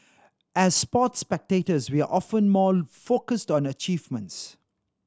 as sports spectators we are often more focused on achievements